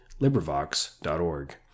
LIBRIVOX.ORG